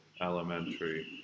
elementary